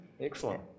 Excellent